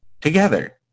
Together